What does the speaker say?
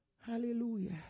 Hallelujah